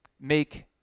make